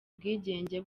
bwigenge